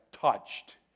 touched